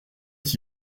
est